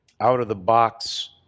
out-of-the-box